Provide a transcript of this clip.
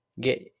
get